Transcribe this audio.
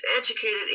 educated